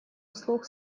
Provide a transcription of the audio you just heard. услуг